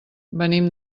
venim